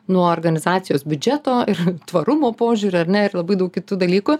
nuo organizacijos biudžeto ir tvarumo požiūrio ar ne ir labai daug kitų dalykų